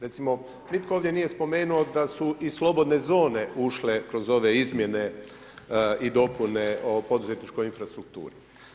Recimo, nitko ovdje nije spomenuo da su i slobodne zone ušle kroz ove izmjene i dopune o poduzetničkoj infrastrukturi.